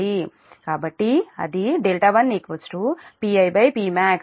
కాబట్టి అది δ1 PiPmax అంటే 0